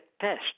test